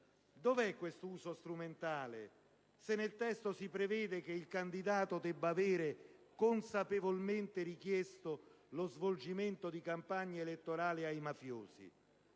Dov'è questo uso strumentale, se nel testo si prevede che il candidato debba avere consapevolmente richiesto lo svolgimento di campagna elettorale ai mafiosi?